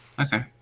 Okay